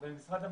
במשרד המשפטים.